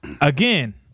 Again